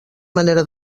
manera